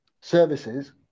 services